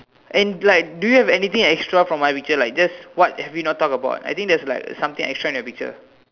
and like do you have anything extra from my picture like just what have we not talk about I think there's like something extra in your picture